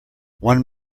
one